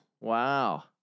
Wow